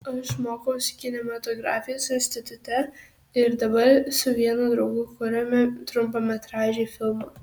aš mokausi kinematografijos institute ir dabar su vienu draugu kuriame trumpametražį filmą